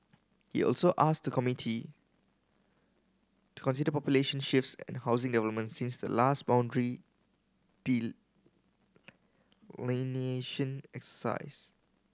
he also asked the committee to consider population shifts and housing developments since the last boundary delineation exercise